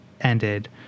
ended